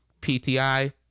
PTI